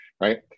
right